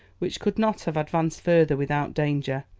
which could not have advanced further without danger,